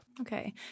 Okay